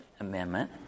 Amendment